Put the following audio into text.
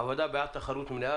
הוועדה בעד תחרות מלאה,